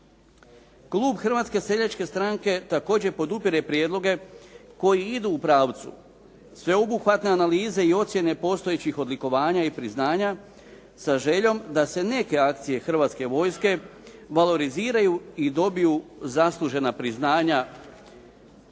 Klub Hrvatske seljačke stranke također podupire prijedloge koji idu u pravcu sveobuhvatne analize i ocjene postojećih odlikovanja i priznanja sa željom da se neke akcije Hrvatske vojske valoriziraju i dobiju zaslužena priznanja.